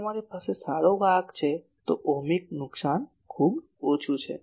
જો તમારી પાસે સારો વાહક છે તો ઓહમિક નુકસાન ખૂબ ઓછું છે